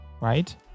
right